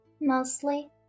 Mostly